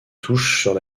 touchent